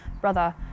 brother